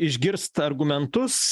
išgirst argumentus